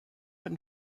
been